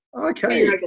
okay